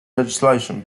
legislation